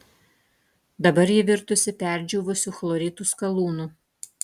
dabar ji virtusi perdžiūvusiu chloritų skalūnu